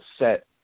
set